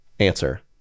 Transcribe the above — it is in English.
Answer